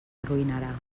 arruïnarà